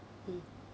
mm